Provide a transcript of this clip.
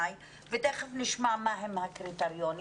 ותיכף נשמע מה הם הקריטריונים.